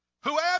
Whoever